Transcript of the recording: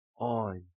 on